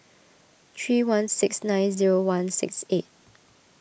three one six nine zero one six eight